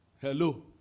Hello